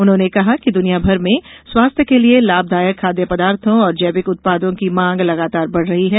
उन्होंने कहा कि दुनियाभर में स्वास्थ्य के लिए लाभदायक खाद्य पदार्थो और जैविक उत्पादों की मांग लगातार बढ़ रही है